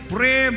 Pray